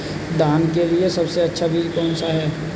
धान के लिए सबसे अच्छा बीज कौन सा है?